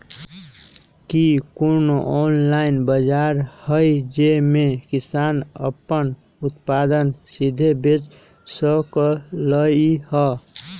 कि कोनो ऑनलाइन बाजार हइ जे में किसान अपन उत्पादन सीधे बेच सकलई ह?